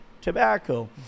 tobacco